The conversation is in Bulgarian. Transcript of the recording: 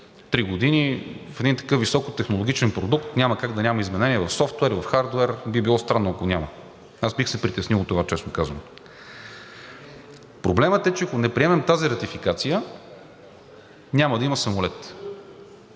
три години, в един такъв високотехнологичен продукт няма как да няма изменение в софтуер, в хардуер, би било странно, ако няма, аз бих се притеснил от това, честно казано. Проблемът е, че ако не приемем тази ратификация, няма да има самолет.